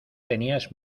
tenías